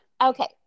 Okay